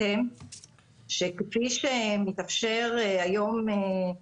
תומכים בזה שיש עודפים של שטחי תעסוקה ויש